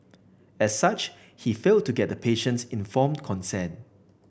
as such he failed to get the patient's informed consent